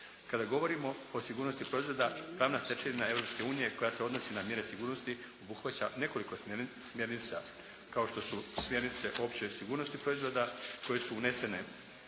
Kada govorimo o sigurnosti proizvoda glavna stečevina Europske unije koja se odnosi na mjere sigurnosti obuhvaća nekoliko smjernica kao što su smjernice opće sigurnosti proizvoda koje su unesene